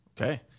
Okay